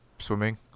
swimming